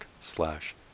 slash